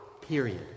period